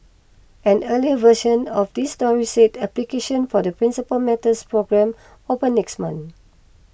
an earlier version of this story said applications for the Principal Matters programme open next month